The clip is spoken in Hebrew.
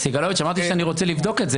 אמרתי שאני רוצה לבדוק את זה.